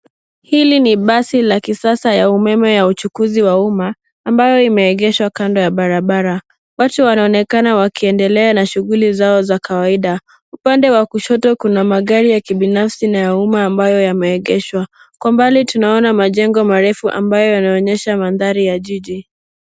Hili ni basi la kisasa ya umema ya uchukuzi wa uma ambayo imeegeshwa kando ya barabara. Watu wanaonekana wakiendelea na shuguli zao za kawaida. Upande wa kushoto kuna magari ya kibinafsi na ya uma ambayo yameegeshwa. Kwa mbali tunaona majengo marefu ambayo yanaonyesha mandhari ya jiji.